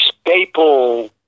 staple